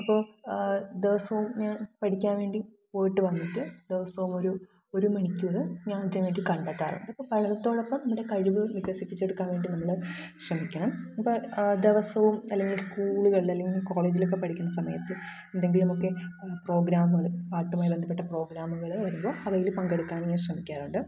അപ്പോൾ ദിവസവും ഞാന് പഠിക്കാന് വേണ്ടി പോയിട്ട് വന്നിട്ട് ദിവസവും ഒരു ഒരു മണിക്കൂര് ഞാന് ഇതിന് വേണ്ടി കണ്ടെത്താറുണ്ട് അപ്പോൾ പഠനത്തോടൊപ്പം നമ്മുടെ കഴിവു വികസിപ്പിച്ചെടുക്കാന് വേണ്ടി നമ്മൾ ശ്രമിക്കണം ഇപ്പോൾ ദിവസവും അല്ലെങ്കിൽ സ്കൂളുകളില് അല്ലെങ്കിൽ കോളേജിലൊക്കെ പഠിക്കുന്ന സമയത്ത് എന്തെങ്കിലുമൊക്കെ പ്രോഗ്രാമുകള് പാട്ടുമായ് ബന്ധപ്പെട്ട പ്രോഗ്രാമുകൾ വരുമ്പോൾ അവയില് പങ്കെടുക്കാന് ഞാന് ശ്രമിക്കാറുണ്ട്